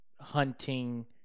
hunting